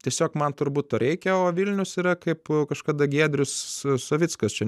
tiesiog man turbūt reikia o vilnius yra kaip kažkada giedrius savickas čia